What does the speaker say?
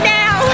now